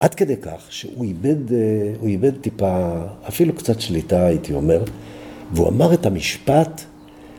‫עד כדי כך שהוא איבד טיפה, ‫אפילו קצת שליטה, הייתי אומר, ‫והוא אמר את המשפט.